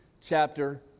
chapter